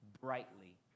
brightly